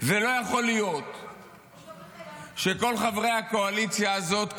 זה לא יכול להיות שכל חברי הקואליציה הזאת,